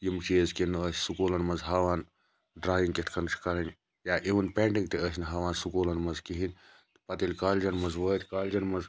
یِم چیٖز کینٛہہ نہَ ٲسۍ سکولَن مَنٛز ہاوان ڈرایِنٛگ کِتھ کٔنۍ چھِ کَرٕنۍ یا اِوِن پینٛٹِنٛگ تہٕ ٲسۍ نہٕ ہاوان سکوٗلَن مَنٛز کِہِیٖنۍ پَتہٕ ییٚلہِ کالجَن مَنٛز وٲتۍ کالجَن مَنٛز